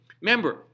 Remember